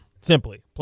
Simply